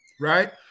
Right